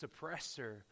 suppressor